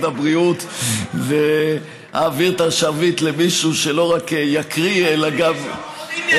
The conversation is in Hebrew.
הבריאות ואעביר את השרביט למישהו שלא רק יקריא אלא